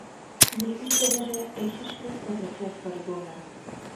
jį išsivežė eišiškių policijos pareigūnas